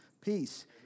peace